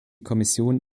kommission